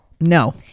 no